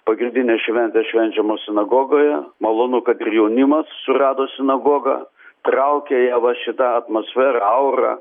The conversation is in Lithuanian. pagrindinės šventės švenčiamos sinagogoje malonu kad ir jaunimas surado sinagogą traukia ją va šita atmosfera aura